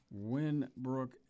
Winbrook